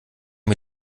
mir